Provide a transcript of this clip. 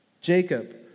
Jacob